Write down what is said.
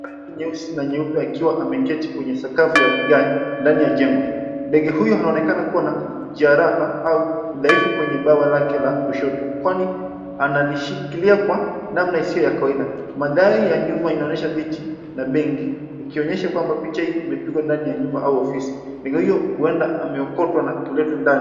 Wa rangi nyeusi na nyeupe akiwa ameketi kwenye sakafu ya vigae ndani ya jengo. Ndege huyo anaonekana kuwa na jeraha au udhaifu kwenye bawa lake la kushoto, kwani analishikilia kwa namna isiyo ya kawaida. Mandhari ya nyuma inaonyesha viti na benki ikionyesha kuwa picha hii imepigwa ndani ya nyumba au ofisi. Ndege huyo huenda ameokotwa na kuletwa ndani.